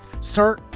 Sir